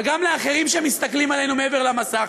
וגם לאחרים שמסתכלים עלינו מעבר למסך,